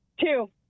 Two